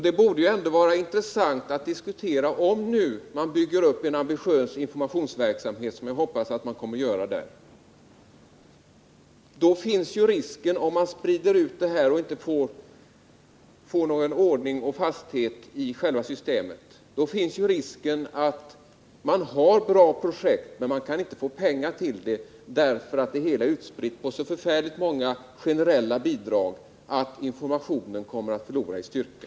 Detta borde väl vara intressant att diskutera, om LRF nu vill bygga upp en ambitiös informationsverksamhet, vilket jag hoppas. Ger man generella bidrag över hela linjen och inte får ordning och fasthet i systemet, då finns risken att LRF inte kan få tillräckligt med pengar till/bra projekt därför att anslaget är utspritt på så förfärligt många generella bidrag att informationen kommer att förlora i styrka.